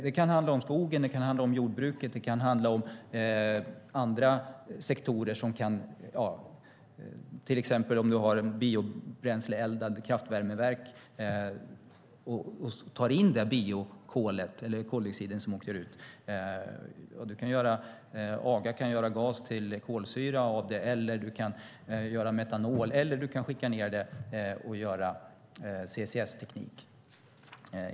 Det kan handla om skogen, om jordbruket och om andra sektorer. Det kan till exempel vara ett biobränsleeldat kraftvärmeverk där man tar in biokolet och koldioxiden åker ut. Aga kan göra gas till kolsyra av det, man kan göra metanol eller man kan skicka ned det i berggrunden och göra CCS-teknik.